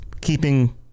keeping